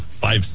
five